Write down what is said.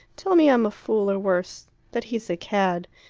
tell me i'm a fool or worse that he's a cad.